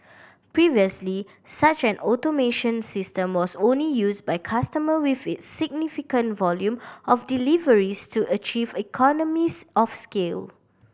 previously such an automation system was only used by customer with significant volume of deliveries to achieve economies of scale